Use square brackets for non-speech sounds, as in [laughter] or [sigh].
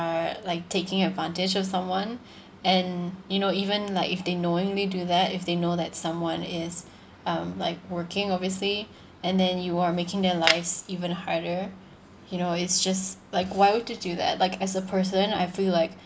like taking advantage of someone [breath] and you know even like if they knowingly do that if they know that someone is um like working obviously and then you are making their lives even harder you know it's just like why would you do that like as a person I feel like